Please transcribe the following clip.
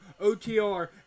OTR